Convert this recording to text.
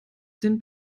den